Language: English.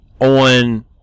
on